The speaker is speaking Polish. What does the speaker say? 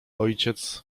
ojciec